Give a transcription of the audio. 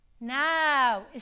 now